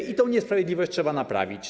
I tę niesprawiedliwość trzeba naprawić.